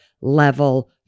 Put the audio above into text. level